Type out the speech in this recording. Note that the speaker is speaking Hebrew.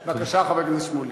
בבקשה, חבר הכנסת שמולי.